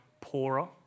poorer